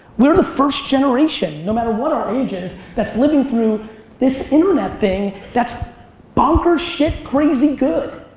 we're the first generation, no matter what our age is, that's living through this internet thing that's bonkers shit crazy good.